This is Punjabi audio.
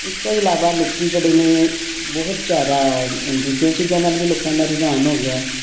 ਇਸ ਤੋਂ ਇਲਾਵਾ ਲੋਕ ਜਿਹੜੇ ਨੇ ਬਹੁਤ ਜ਼ਿਆਦਾ ਦੂਸਰੀਆਂ ਚੀਜ਼ਾਂ ਵੱਲ ਵੀ ਲੋਕਾਂ ਦਾ ਰੁਝਾਨ ਹੋ ਗਿਆ ਹੈ